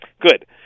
Good